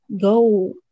go